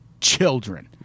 children